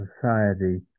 society